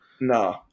no